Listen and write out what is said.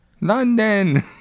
London